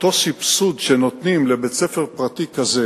אותו סבסוד שנותנים לבית-ספר פרטי כזה,